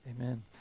Amen